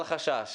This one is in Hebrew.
אל חשש.